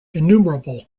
innumerable